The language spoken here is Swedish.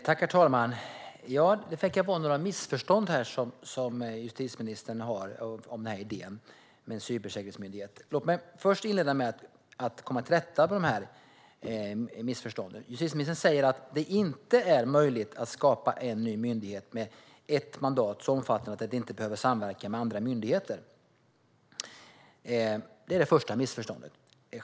Herr talman! Det verkar finnas några missförstånd hos justitieministern om idén med en cybersäkerhetsmyndighet. Låt mig inleda med att komma till rätta med dessa missförstånd. Justitieministern säger att det inte är möjligt att skapa en ny myndighet med ett mandat så omfattande att den inte behöver samverka med andra myndigheter. Det är det första missförståndet.